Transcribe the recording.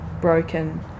broken